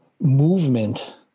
movement